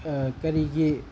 ꯀꯔꯤꯒꯤ